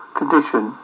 condition